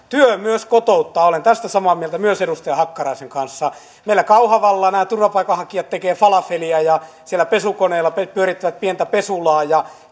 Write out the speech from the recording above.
työ myös kotouttaa olen tästä samaa mieltä myös edustaja hakkaraisen kanssa meillä kauhavalla nämä turvapaikanhakijat tekevät falafelia ja siellä pesukoneella pyörittävät pientä pesulaa ja